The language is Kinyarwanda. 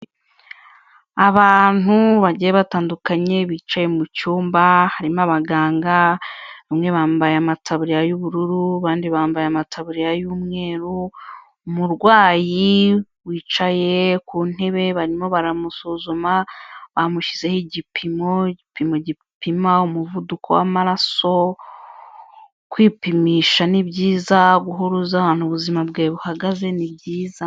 Abantu bagiye batandukanye bicaye mu cyumba harimo abaganga, bamwe bambaye amataburiya y'ubururu, abandi bambaye amataburiya y'umweru. Umurwayi wicaye ku ntebe barimo baramusuzuma, bamushyizeho igipimo, igipimo gipima umuvuduko w'amaraso, kwipimisha ni byiza. Guhora uzi ahantu ubuzima bwawe buhagaze ni byiza.